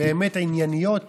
ענייניות